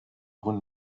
rhön